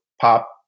pop